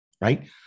right